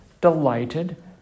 delighted